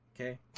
Okay